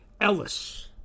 Ellis